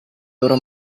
loro